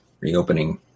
reopening